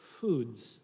foods